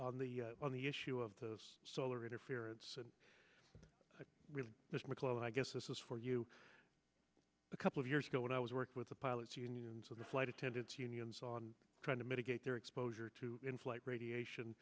on the on the issue of the solar interference and i really miss mccloy i guess this is for you a couple of years ago when i was worked with the pilots union and the flight attendants unions on trying to mitigate their exposure to in flight radiation